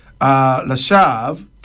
Lashav